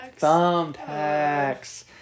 Thumbtacks